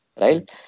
right